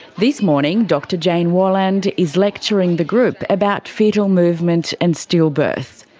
this morning, dr jane warland is lecturing the group about foetal movement and stillbirth.